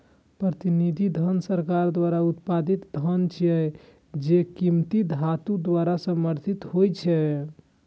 प्रतिनिधि धन सरकार द्वारा उत्पादित धन छियै, जे कीमती धातु द्वारा समर्थित होइ छै